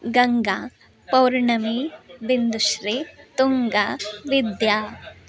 Ganga Paurnami Bindushri Tunga Vidya